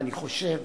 ואני חושב